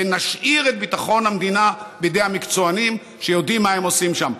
ונשאיר את ביטחון המדינה בידי המקצוענים שיודעים מה הם עושים שם,